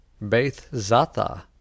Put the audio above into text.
Beth-zatha